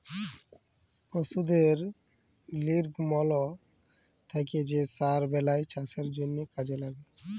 পশুদের লির্গমল থ্যাকে যে সার বেলায় চাষের জ্যনহে কাজে ল্যাগে